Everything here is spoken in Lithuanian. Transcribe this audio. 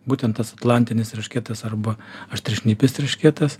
būtent tas atlantinis eršketas arba aštriašnipis eršketas